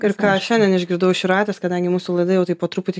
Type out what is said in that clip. ir ką šiandien išgirdau iš jūratės kadangi mūsų laida jau taip po truputį